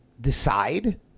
decide